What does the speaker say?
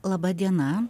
laba diena